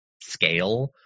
scale